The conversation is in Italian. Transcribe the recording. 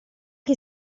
che